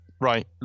Right